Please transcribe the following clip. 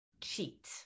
cheat